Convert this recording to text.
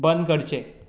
बंद करचें